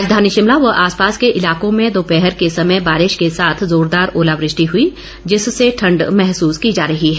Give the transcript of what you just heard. राजधानी शिमला व आस पास के इलाकों में दोपहर के समय बारिश के साथ जोरदार ओलावृष्टि हुई जिससे ठंड महसूस की जा रही है